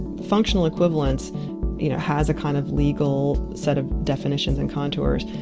functional equivalence you know, has a kind of, legal set of definitions and contours,